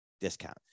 discount